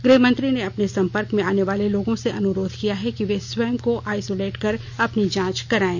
गुहमंत्री ने अपने संपर्क में आने वाले लोगों से अनुरोध किया है कि वे स्वयं को आइसोलेट कर अपनी जांच कराएं